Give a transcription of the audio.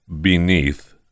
beneath